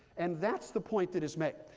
and that's the point that is made.